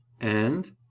And